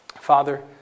Father